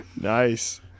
Nice